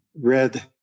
red